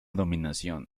dominación